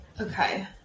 okay